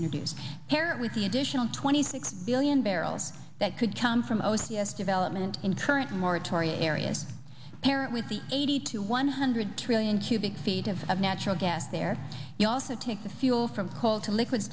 introduced parrot with the additional twenty six billion barrels that could come from o c s development in current moratoria areas parent with the eighty to one hundred trillion cubic feet of natural gas there you also take the fuel from coal to liquids